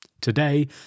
Today